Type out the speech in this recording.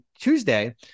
Tuesday